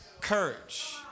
courage